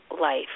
life